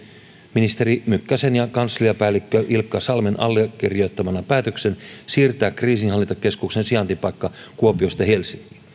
ministeri mykkäsen ja kansliapäällikkö ilkka salmen allekirjoittamana päätöksen siirtää kriisinhallintakeskuksen sijaintipaikka kuopiosta helsinkiin